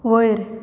वयर